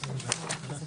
ברישה,